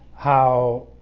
how